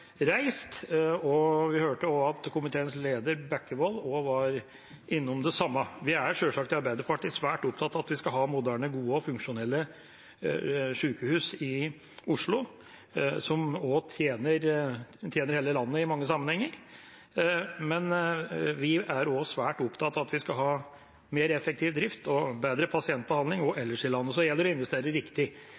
reist. Vi hørte at også komiteens leder, representanten Bekkevold, var innom det samme. Vi i Arbeiderpartiet er sjølsagt svært opptatt at vi skal ha moderne, gode og funksjonelle sykehus i Oslo, som også tjener hele landet i mange sammenhenger, men vi er også svært opptatt av at vi skal ha mer effektiv drift og bedre pasientbehandling også ellers i landet. Så det gjelder å investere riktig.